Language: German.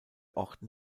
orten